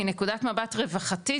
מנקודת מבט רווחתית,